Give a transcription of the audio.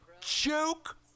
Joke